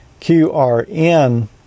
QRN